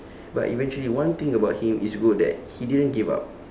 but eventually one thing about him it's good that he didn't give up